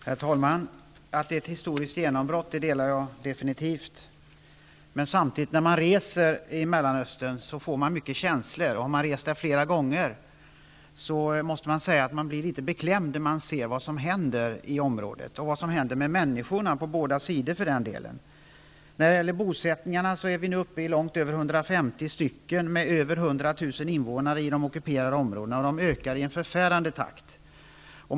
Herr talman! Uppfattningen att det är ett historiskt genombrott delar jag definitivt. Men när man reser i Mellanöstern får man många känslor, och om man har rest där flera gånger blir man litet beklämd när man ser vad som händer i området och vad som händer med människorna -- på båda sidor, för den delen. Antalet bosättningar är nu över 150 stycken med mer än 100 000 invånare i de ockuperade områdena. Ökningen sker i en förfärande takt.